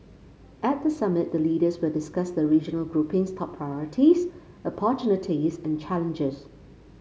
at the summit the leaders will discuss the regional grouping's top priorities opportunities and challenges